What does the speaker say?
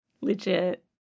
legit